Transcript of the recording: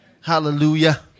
Hallelujah